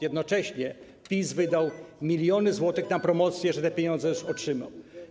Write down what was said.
Jednocześnie PiS wydał miliony złotych na promocję tego, że te pieniądze już otrzymał.